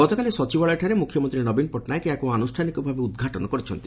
ଗତକାଲି ସଚିବାଳୟଠାରେ ମୁଖ୍ୟମନ୍ତୀ ନବୀନ ପଟ୍ଟନାୟକ ଏହାକୁ ଆନୁଷ୍ଠାନିକ ଭାବେ ଉଦ୍ଘାଟନ କରିଛନ୍ତି